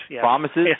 promises